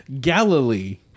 Galilee